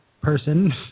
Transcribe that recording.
person